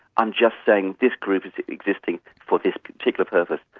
i'm just saying this group is existing for this particular purpose.